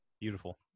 Beautiful